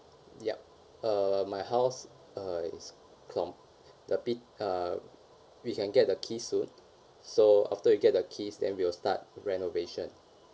yup err my house uh is the pit~ uh we can get the keys soon so after we get the keys then we'll start renovation